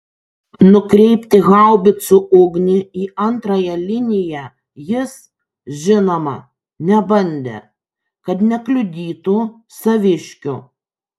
nukreipti haubicų ugnį į antrąją liniją jis žinoma nebandė kad nekliudytų saviškių